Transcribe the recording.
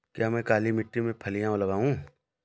क्या मैं काली मिट्टी में फलियां लगाऊँ?